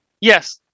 Yes